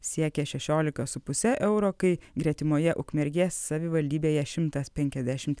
siekė šešioliką su puse euro kai gretimoje ukmergės savivaldybėje šimtas penkiasdešimt